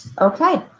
Okay